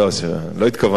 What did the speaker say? לא התכוונתי לעצמי.